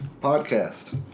podcast